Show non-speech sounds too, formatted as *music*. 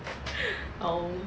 *breath* oh